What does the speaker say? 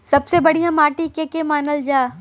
सबसे बढ़िया माटी के के मानल जा?